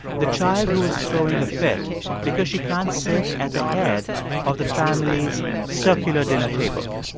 the child who was throwing a fit because she can't sit at the head of the family's circular dinner table